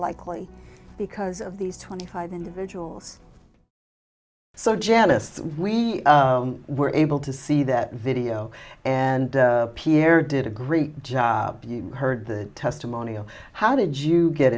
likely because of these twenty five individuals so janice we were able to see that video and pierre did a great job you heard the testimony of how did you get